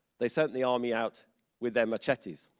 they sent the army out with their machetes.